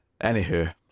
anywho